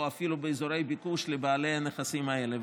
אפילו באזורי ביקוש לבעלי הנכסים האלה.